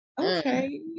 Okay